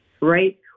Right